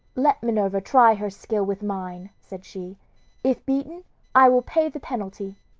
let minerva try her skill with mine, said she if beaten i will pay the penalty.